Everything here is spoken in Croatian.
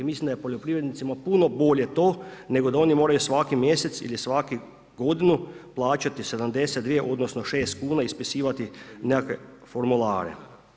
Mislim da je poljoprivrednicima puno bolje to, nego da oni moraju svaki mjesec ili svaku godinu plaćati 72, odnosno 6 kuna, ispisivati nekakve formulare.